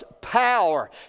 power